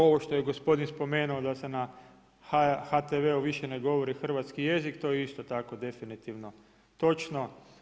Ovo što je gospodin spomenuo da se na HTV-u više ne govori hrvatski jezik to je isto tako definitivno točno.